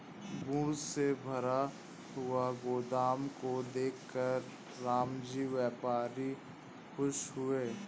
goods से भरा हुआ गोदाम को देखकर रामजी व्यापारी खुश हुए